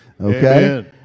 Okay